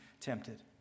tempted